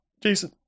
Jason